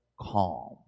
calm